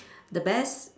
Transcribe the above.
the best